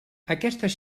aquestes